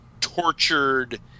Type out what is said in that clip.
tortured